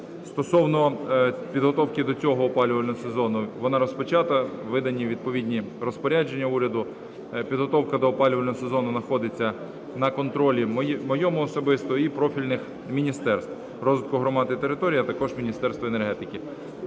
Стосовно підготовки до цього опалювального сезону – вона розпочата, виданні відповідні розпорядження уряду. Підготовка до опалювального сезону знаходиться на контролі моєму особисто і профільних Міністерств розвитку громад та територій, а також Міністерства енергетики.